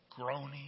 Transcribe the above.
groaning